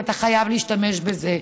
ואתה חייב להשתמש בזה.